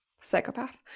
psychopath